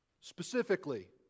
specifically